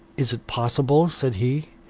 is it possible, said he,